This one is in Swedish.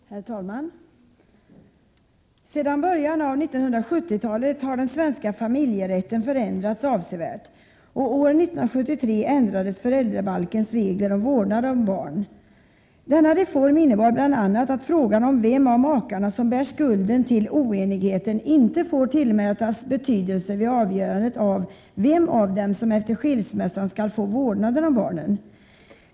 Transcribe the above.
Herr talman! Sedan början av 1970-talet har den svenska familjerätten förändrats avsevärt, och år 1973 ändrades föräldrabalkens regler om vårdnad om barn. Denna reform innebar bl.a. att frågan om vem av makarna som bär skulden till oenigheten inte får tillmätas betydelse vid avgörandet av vem av dem som efter skilsmässan skall få vårdnaden om barnen.